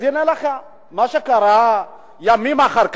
אז הנה לך: מה שקרה ימים אחר כך,